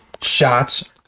shots